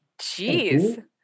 Jeez